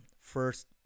First